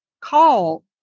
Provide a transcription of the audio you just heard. call